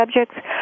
subjects